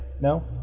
No